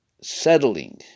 settling